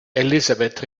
elizabeth